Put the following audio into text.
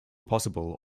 possible